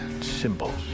symbols